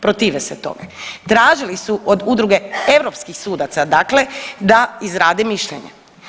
Protive se tome, tražili su od udruge europskih sudaca dakle da izrade mišljenje.